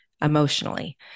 emotionally